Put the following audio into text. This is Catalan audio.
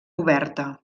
oberta